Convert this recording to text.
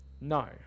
No